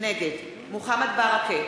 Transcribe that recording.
נגד מוחמד ברכה,